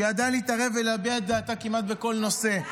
שידעה להתערב ולהביע את דעתה כמעט בכל נושא?